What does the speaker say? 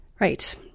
Right